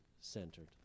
centered